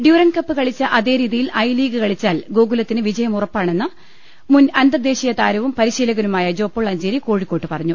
ഡ്യൂറന്റകപ്പ് കളിച്ച അതേ രീതിയിൽ ഐ ലീഗ് കളിച്ചാൽ ഗോകുലത്തിന് വിജയമുറപ്പാണെന്ന് മുൻ അന്തർദേശീയ താരവും പരിശീലകനുമായ ജോപോൾ അഞ്ചേരി കോഴിക്കോട്ട് പറഞ്ഞു